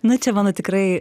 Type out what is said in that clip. na čia mano tikrai